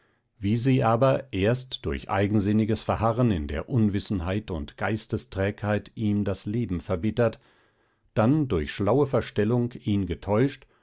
wie sie aber erst durch eigensinniges verharren in der unwissenheit und geistesträgheit ihm das leben verbittert dann durch schlaue verstellung ihn getäuscht